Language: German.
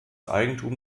eigentum